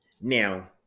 Now